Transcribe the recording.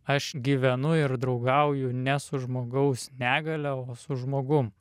aš gyvenu ir draugauju ne su žmogaus negalia o su žmogum